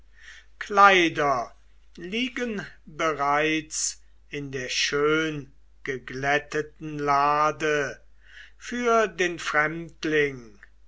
kleider liegen bereits in der schöngeglätteten lade für den fremdling